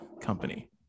Company